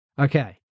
Okay